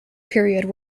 period